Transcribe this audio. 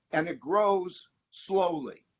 and it grows slowly.